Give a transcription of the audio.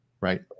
right